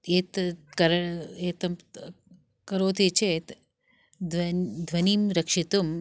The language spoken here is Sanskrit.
यत् करन् एतत् करोति चेत् ध्वन् ध्वनिं रक्षितुं